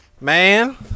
man